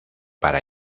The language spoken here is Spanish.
para